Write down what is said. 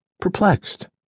perplexed